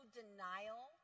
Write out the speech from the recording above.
denial